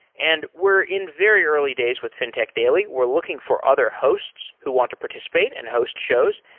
and we're in very early days with fintech daily. we're looking for other hosts who want to participate and host shows.